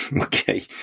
Okay